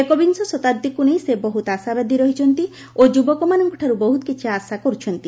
ଏକବିଂଶ ଶତାବ୍ଦୀକୁ ନେଇ ସେ ବହୁତ ଆଶାବାଦୀ ରହିଛନ୍ତି ଓ ଯୁବକମାନଙ୍କଠାରୁ ବହୁତ କିଛି ଆଶା କରୁଛନ୍ତି